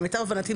למיטב הבנתי,